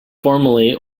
formally